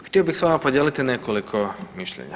Htio bih sa vama podijeliti nekoliko mišljenja.